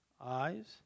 eyes